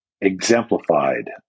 exemplified